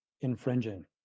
infringing